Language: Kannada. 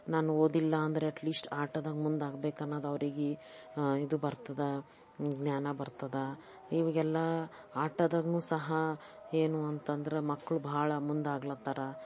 ನಾನು ಓದಿಲ್ಲ ಅಂದ್ರೆ ಎಟ್ಲೀಶ್ಟ್ ಆಟದಾಗ ಮುಂದೆ ಆಗ್ಬೇಕು ಅನ್ನೋದು ಅವ್ರಿಗೆ ಇದು ಬರ್ತದೆ ಜ್ಞಾನ ಬರ್ತದೆ ಇವಾಗೆಲ್ಲ ಆಟದಲ್ಲೂ ಸಹ ಏನು ಅಂತಂದ್ರೆ ಮಕ್ಕಳು ಭಾಳ ಮುಂದೆ ಆಗ್ಲತ್ತಾರ